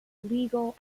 legal